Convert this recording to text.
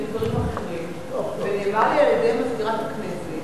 יש לי דברים אחרים, ונאמר לי על-ידי מזכירת הכנסת